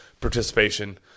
participation